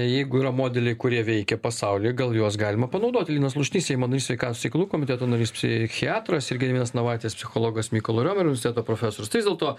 jeigu yra modeliai kurie veikia pasaulį gal juos galima panaudoti linas slušnys seimo narys sveikatos reikalų komiteto narys psichiatras ir gediminas navaitis psichologas mykolo riomerio universiteto profesorius tai vis dėlto